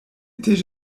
étaient